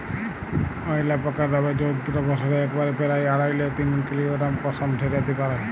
অয়ালাপাকা নামের জন্তুটা বসরে একবারে পেরায় আঢ়াই লে তিন কিলগরাম পসম ঝরাত্যে পারে